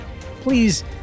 Please